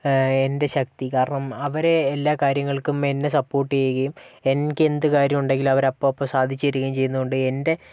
എൻ്റെ ശക്തി കാരണം അവർ എല്ലാ കാര്യങ്ങൾക്കും എന്നെ സപ്പോർട്ട് ചെയ്യുകയും എനിക്ക് എന്ത് കാര്യമുണ്ടെങ്കിലും അവര് അപ്പപ്പോ സാധിച്ചുതരുകയും ചെയ്യുന്ന കൊണ്ട്